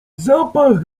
zapach